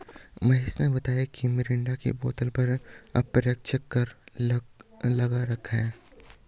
महेश ने बताया मिरिंडा की बोतल पर अप्रत्यक्ष प्रकार का कर लगता है